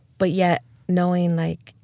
but yet knowing, like,